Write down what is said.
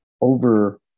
over